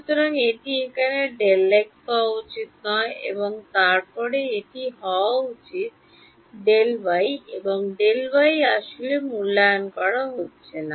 সুতরাং এটি এখানে Δx হওয়া উচিত এবং তারপরে এটি হওয়া উচিত Ey এবং Ey আসলে মূল্যায়ন করা হচ্ছে না